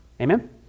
Amen